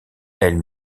elle